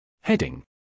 Heading